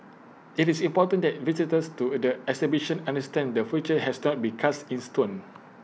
IT is important that visitors to the exhibition understand the future has not been cast in stone